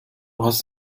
hast